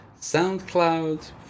soundcloud